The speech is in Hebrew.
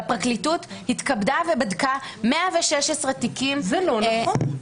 הפרקליטות התכבדה ובדקה 116 תיקים --- זה לא נכון.